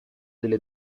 delle